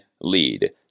lead